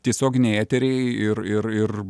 tiesioginiai eteriai ir ir ir